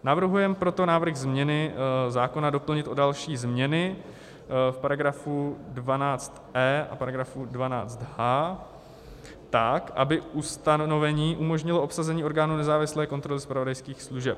Navrhujeme proto návrh změny zákona doplnit o další změny v § 12e a § 12h tak, aby ustanovení umožnilo obsazení orgánu nezávislé kontroly zpravodajských služeb.